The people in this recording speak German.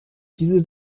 diese